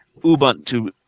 Ubuntu